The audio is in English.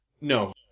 No